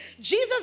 Jesus